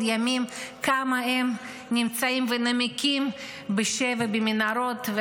ימים כמה הם נמצאים ונמקים בשבי במנהרות.